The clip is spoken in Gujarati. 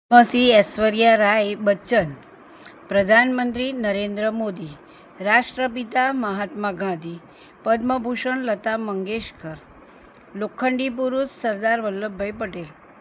અસી એશ્વર્યા રાય બચ્ચન પધાન મંત્રી નરેન્દ્ર મોદી રાષ્ટ્રપિતા મહાત્મા ગાંધી પદ્મભૂષણ લતા મંગેશકર લોખંડી પુરુષ સરદાર વલ્લભભાઈ પટેલ